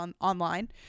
online